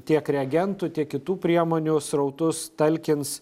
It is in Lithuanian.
tiek reagentų tiek kitų priemonių srautus talkins